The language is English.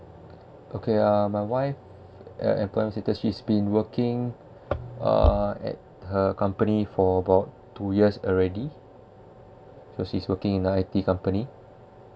okay um my wife uh employment status she's been working uh at her company for about two years already so she's working in I_T company